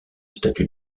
statuts